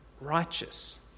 righteous